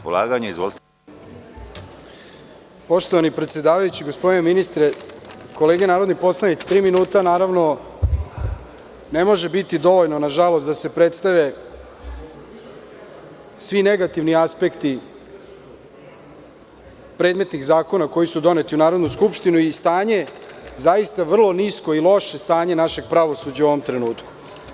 Poštovani predsedavajući, gospodine ministre, kolege narodni poslanici, tri minuta ne može biti dovoljno nažalost da se predstave svi negativni aspekti predmetnih zakona koji su doneti u Narodnu skupštinu i stanje je vrlo nisko i loše stanje našeg pravosuđa u ovom trenutku.